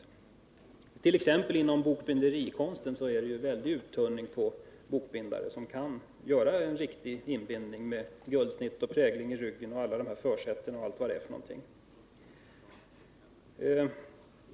Inom t.ex. bokbinderikonsten sker det en väldig uttunning i antalet bokbindare som kan göra en riktig inbindning med guldsnitt, prägling i ryggar, försättsblad m.m.